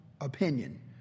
opinion